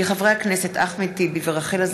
אילן גילאון, מוסי רז,